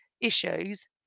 issues